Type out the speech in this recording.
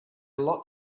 lot